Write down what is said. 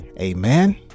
Amen